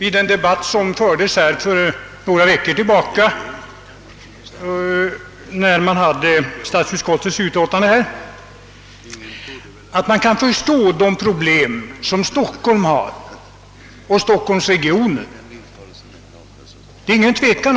I den debatt som fördes här för några veckor sedan sade jag att man kan förstå Stockholms och stockholmsregionens problem. Därom råder ingen tvekan.